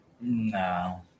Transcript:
No